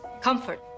Comfort